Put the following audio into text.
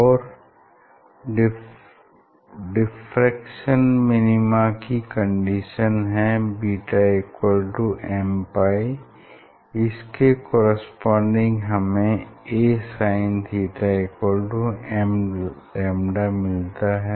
और diffraction minima की condition है βmπ इसके कॉरेस्पोंडिंग हमें asinθmλ मिलता है